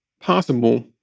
possible